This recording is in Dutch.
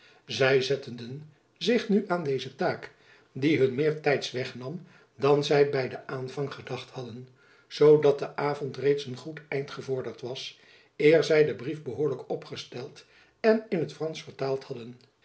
zy zetteden zich nu aan deze taak die hun meer tijds wegnam dan zy by den aanvang gedacht hadden zoodat de avond reeds een goed eind gevorderd was eer zy den brief behoorlijk opgesteld en in t fransch vertaald hadden